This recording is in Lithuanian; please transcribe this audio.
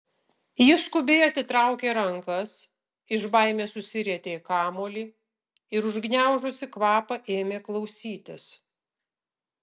ji skubiai atitraukė rankas iš baimės susirietė į kamuolį ir užgniaužusi kvapą ėmė klausytis